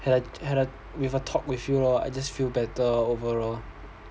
had a had a with a talk with you lor I just feel better overall